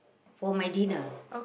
for my dinner